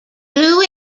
blue